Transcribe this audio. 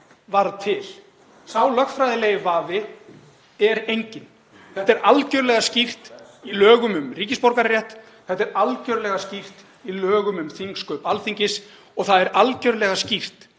varð til. Sá lögfræðilegi vafi er enginn. Þetta er algjörlega skýrt í lögum um ríkisborgararétt. Þetta er algjörlega skýrt í lögum um þingsköp Alþingis og það er algerlega skýrt